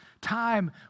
time